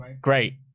great